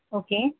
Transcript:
okay